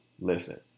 Listen